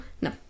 No